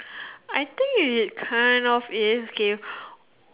I think it kind of is okay